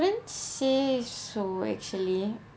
wouldn't say so actually